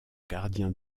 gardiens